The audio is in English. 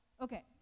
okay